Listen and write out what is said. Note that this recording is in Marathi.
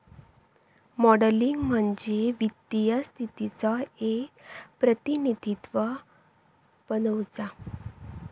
मॉडलिंग म्हणजे वित्तीय स्थितीचो एक प्रतिनिधित्व बनवुचा